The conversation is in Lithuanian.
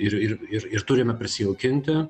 ir ir ir ir turime prisijaukinti